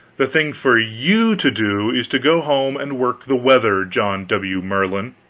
the thing for you to do is to go home and work the weather, john w. merlin.